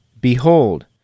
Behold